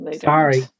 Sorry